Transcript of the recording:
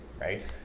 right